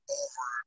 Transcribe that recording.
over